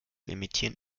emittieren